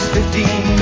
Fifteen